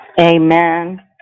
amen